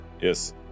Yes